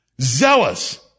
zealous